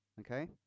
okay